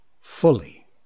fully